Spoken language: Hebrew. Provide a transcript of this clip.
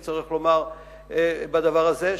שאין צורך לומר בדבר הזה,